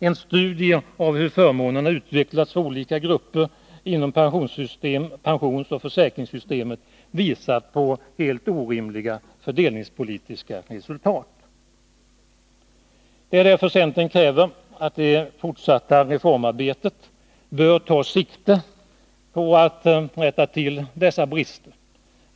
En studie av hur förmånerna utvecklats för olika grupper inom pensionsoch försäkringssystemet visar på helt orimliga fördelningspolitiska resultat. Det är därför centern kräver att det fortsatta reformarbetet skall ta sikte på att rätta till dessa brister.